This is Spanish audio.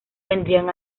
vendrían